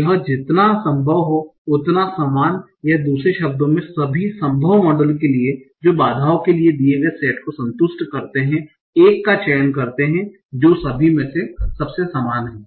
यह जितना संभव हो उतना समान या दूसरे शब्दों में सभी संभव मॉडल के लिए जो बाधाओं के दिए गए सेट को संतुष्ट करते हैं एक का चयन करते हैं जो सभी में से सबसे समान है